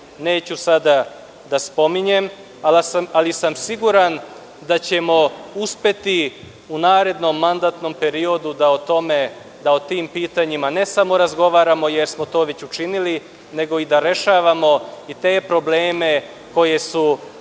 neću sada da spominjem, ali sam siguran da ćemo uspeti u narednom mandatnom periodu da o tim pitanjima ne samo razgovaramo jer smo to već učinili, nego i da rešavamo i te probleme koji su